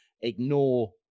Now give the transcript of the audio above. ignore